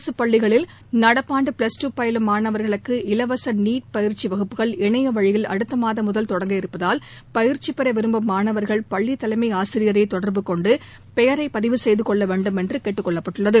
அரசுப்பள்ளிகளில் நடப்பாண்டு plus two பயிலும் மாணவர்களுக்கு இலவச நீட் பயிற்சி வகுப்புகள் இனையவழியில் அடுத்த மாதம் முதல் தொடங்க இருப்பதால் பயிற்சி பெற விரும்பும் மாணவர்கள் பள்ளி தலைமை ஆசிரியரை தொடர்பு கொண்டு பெயர் பதிவு செய்து கொள்ள வேண்டுமென்று கேட்டுக் கொள்ளப்பட்டுள்ளது